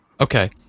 Okay